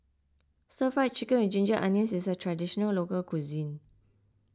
Stir Fried Chicken with Ginger Onions is a Traditional Local Cuisine